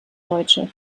deutsche